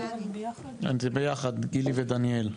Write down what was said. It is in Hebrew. זה ביחד גילי ודניאל.